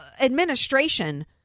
administration